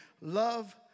Love